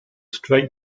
straight